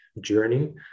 journey